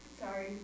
sorry